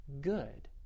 good